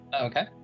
Okay